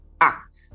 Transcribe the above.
Act